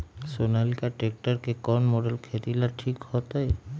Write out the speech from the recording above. Sonalika tractor के कौन model खेती ला ठीक होतै?